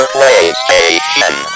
PlayStation